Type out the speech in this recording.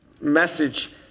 message